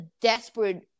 desperate